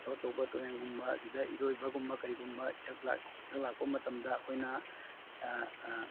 ꯑꯆꯧ ꯑꯆꯧꯕ ꯇꯨꯔꯦꯟꯒꯨꯝꯕ ꯁꯤꯗ ꯏꯔꯣꯏꯕꯒꯨꯝꯕ ꯀꯔꯤꯒꯨꯝꯕ ꯏꯊꯛ ꯏꯊꯛ ꯂꯥꯛꯄ ꯃꯇꯝꯗ ꯑꯩꯈꯣꯏꯅ